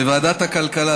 בוועדת הכלכלה,